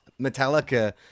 Metallica